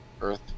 Earth